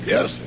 Yes